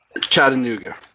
Chattanooga